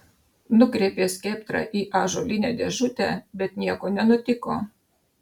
nukreipė skeptrą į ąžuolinę dėžutę bet nieko nenutiko